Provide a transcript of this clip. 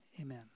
Amen